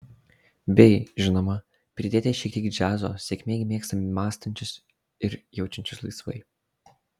bei žinoma pridėti šiek tiek džiazo sėkmė mėgsta mąstančius ir jaučiančius laisvai